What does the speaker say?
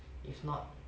if not